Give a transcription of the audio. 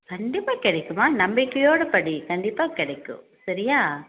கண்டிப்பாக கிடைக்குமா நம்பிக்கையோடு படி கண்டிப்பாக கிடைக்கும் சரியா